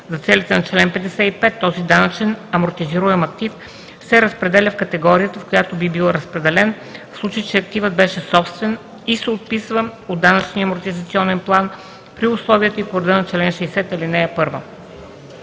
За целите на чл. 55 този данъчен амортизируем актив се разпределя в категорията, в която би бил разпределен, в случай че активът беше собствен и се отписва от данъчния амортизационен план при условията и по реда на чл. 60, ал. 1.